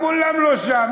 כולם לא שם.